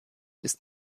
ist